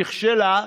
נכשלה.